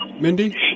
Mindy